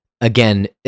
again